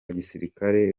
gisirikare